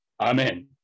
Amen